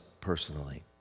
personally